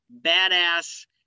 badass